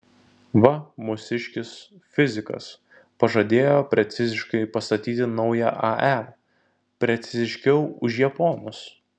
va mūsiškis fizikas pažadėjo preciziškai pastatyti naują ae preciziškiau už japonus